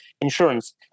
insurance